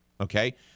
okay